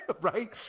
right